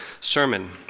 sermon